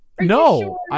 No